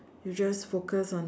you just focus on